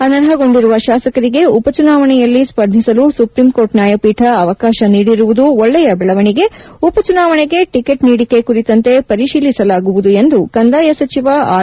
ಅನರ್ಹಗೊಂಡಿರುವ ಶಾಸಕರಿಗೆ ಉಪಚುನಾವಣೆಯಲ್ಲಿ ಸ್ವರ್ಧಿಸಲು ಸುಪ್ರೀಂಕೋರ್ಟ್ ನ್ಯಾಯಪೀಠ ಅವಕಾಶ ನೀಡಿರುವುದು ಒಳ್ಳೆಯ ಬೆಳವಣಿಗೆ ಉಪಚುನಾವಣೆಗೆ ಟಿಕೆಟ್ ನೀಡಿಕೆ ಕುರಿತಂತೆ ಪರಿಶೀಲಿಸಲಾಗುವುದು ಎಂದು ಕಂದಾಯ ಸಚಿವ ಆರ್